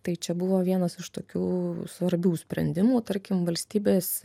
tai čia buvo vienas iš tokių svarbių sprendimų tarkim valstybės